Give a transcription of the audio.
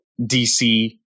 DC